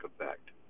effect